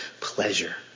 pleasure